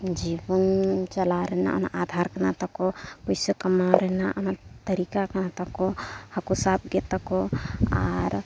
ᱡᱤᱵᱚᱱ ᱪᱟᱞᱟᱣ ᱨᱮᱱᱟᱜ ᱟᱫᱷᱟᱨ ᱠᱟᱱᱟ ᱛᱟᱠᱚ ᱯᱩᱭᱥᱟᱹ ᱠᱟᱢᱟᱣ ᱨᱮᱱᱟᱜ ᱚᱱᱟ ᱛᱟᱹᱨᱤᱠᱟ ᱠᱟᱱᱟ ᱛᱟᱠᱚ ᱦᱟᱹᱠᱩ ᱥᱟᱵ ᱜᱮ ᱛᱟᱠᱚ ᱟᱨ